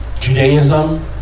Judaism